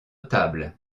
tables